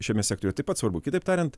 šiame sektoriuje taip pat svarbu kitaip tariant